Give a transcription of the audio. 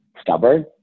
stubborn